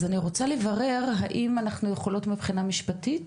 אז מה שאני רוצה לברר זה האם אנחנו יכולות מבחינה משפטית